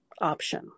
option